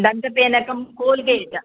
दन्तपेनकं Colgate